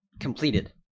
completed